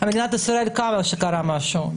מדינת ישראל קמה בגלל שקרה משהו,